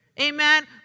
Amen